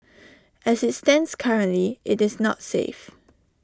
as IT stands currently IT is not safe